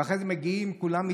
ואחרי זה כולם מגיעים מתנשפים,